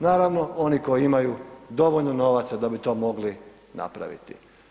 Naravno oni koji imaju dovoljno novaca da bi to mogli napraviti.